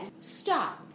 stop